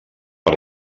per